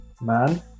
man